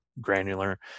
granular